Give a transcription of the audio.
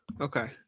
Okay